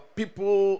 people